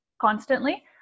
constantly